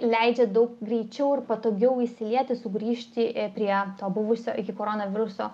leidžia daug greičiau ir patogiau įsilieti sugrįžti prie to buvusio iki koronaviruso